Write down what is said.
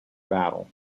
battle